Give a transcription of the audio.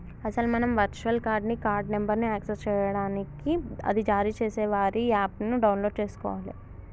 అసలు మనం virtual card ని కార్డు నెంబర్ను యాక్సెస్ చేయడానికి అది జారీ చేసే వారి యాప్ ను డౌన్లోడ్ చేసుకోవాలి